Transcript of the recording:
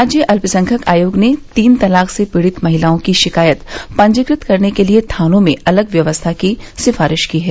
राज्य अल्पसंख्यक आयोग ने तीन तलाक से पीड़ित महिलाओं की शिकायत पंजीकृत करने के लिये थानों में अलग व्यवस्था की सिफारिश की है